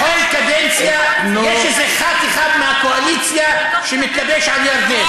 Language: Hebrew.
בכל קדנציה יש איזה ח"כ אחד מהקואליציה שמתלבש על ירדן.